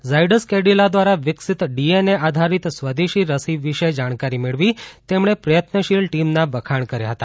ઝાયડસ કેડિલા દ્વારા વિકસીત સ્વદેશી ડીએનએ આધારિત રસી વિશે જાણકારી મેળવી તેમણે પ્રયત્નશીલ ટીમના વખાણ કર્યા હતા